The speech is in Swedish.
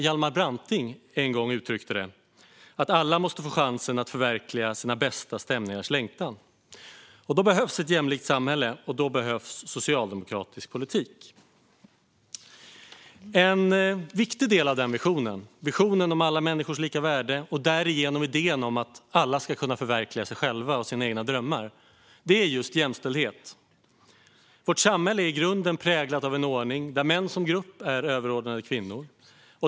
Hjalmar Branting uttryckte det en gång som att alla måste få chansen att förverkliga sina bästa stämningars längtan. Då behövs ett jämlikt samhälle, och då behövs socialdemokratisk politik. En viktig del i visionen om alla människors lika värde och därigenom idén om att alla ska kunna förverkliga sig själva och sina egna drömmar är just jämställdhet. Vårt samhälle är i grunden präglat av en ordning där män som grupp är överordnade kvinnor.